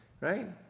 right